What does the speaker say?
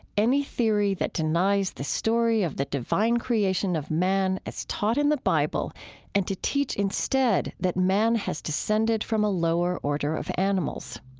any theory that denies the story of the divine creation of man as taught in the bible and to teach instead that man has descended from a lower order of animals.